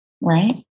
Right